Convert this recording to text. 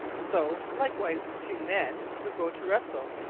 so like-wise two men, who go to wrestle,